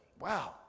wow